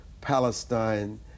Palestine